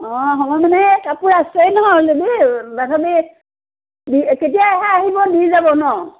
অঁ সময় মানে এই কাপোৰ আছেই নহয় অলৰেডী কেতিয়া আহে আহিব দি যাব ন